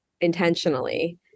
intentionally